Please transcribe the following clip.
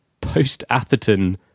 post-Atherton